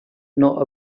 nor